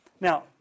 Now